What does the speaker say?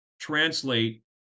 translate